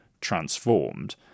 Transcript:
transformed